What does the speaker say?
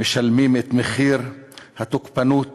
משלמים את מחיר התוקפנות